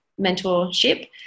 mentorship